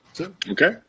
Okay